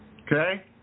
Okay